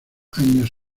años